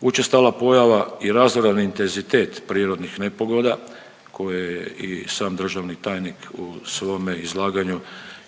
Učestala pojava i razoran intenzitet prirodnih nepogoda koje je i sam državni tajnik u svome izlaganju